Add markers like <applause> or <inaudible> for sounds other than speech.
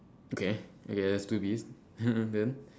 okay okay there's two bees <laughs> then